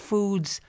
Foods